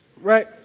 right